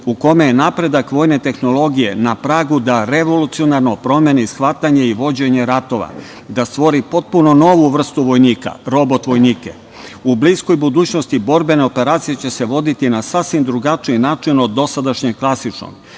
u kome je napredak vojne tehnologije na pragu da revolucionarno promeni shvatanje i vođenje ratova i da stvori potpuno novi vrstu vojnika, robot-vojnike.U bliskoj budućnosti borbene operacije će se voditi na sasvim drugačiji način od dosadašnjeg klasičnog